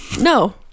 No